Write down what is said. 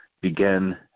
begin